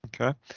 Okay